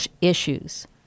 issues